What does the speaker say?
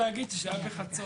צריך להגיד שזה היה בחצות.